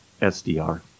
SDR